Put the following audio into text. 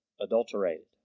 adulterated